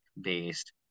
based